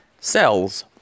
Cells